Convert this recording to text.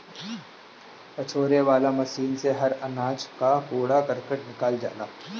पछोरे वाला मशीन से हर अनाज कअ कूड़ा करकट निकल जाला